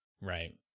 Right